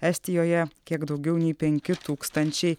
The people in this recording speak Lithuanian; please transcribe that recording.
estijoje kiek daugiau nei penki tūkstančiai